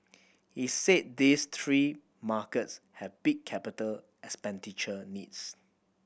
he said these three markets have big capital expenditure needs